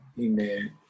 Amen